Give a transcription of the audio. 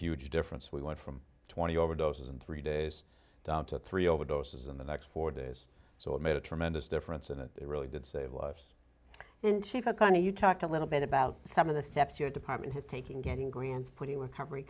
huge difference we want from twenty overdoses in three days down to three overdoses in the next four days so it made a tremendous difference and it really did save lives and she felt kind of you talked a little bit about some of the steps your department has taken getting grants pretty recovery